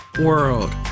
world